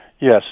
Yes